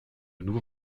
nouveau